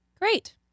Great